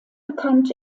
bekannt